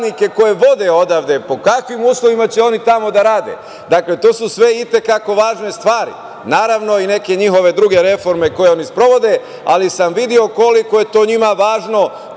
koje vode odavde pod kakvim uslovima će oni tamo da rade. Dakle, to su sve i te kako važne stvari. Naravno, i neke njihove druge reforme koje oni sprovode, ali sam video koliko je to njima važno,